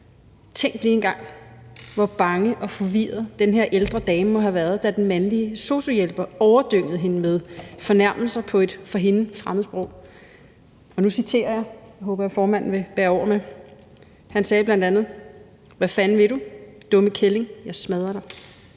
Tænk lige engang, hvor bange og forvirret den her ældre dame må have været, da den mandlige sosu-hjælper overdyngede hende med fornærmelser på et for hende fremmed sprog. Og nu vil jeg citere, og det håber jeg at formanden vil bære over med. Sosu-hjælperen sagde bl.a.: »Hvad fanden vil du? Dumme kælling, jeg smadrer dig.«